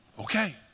Okay